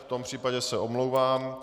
V tom případě se omlouvám.